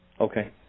Okay